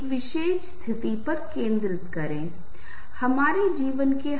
उस विशेष क्रम में वे सद्भाव की भावना को भी जन्म देते हैं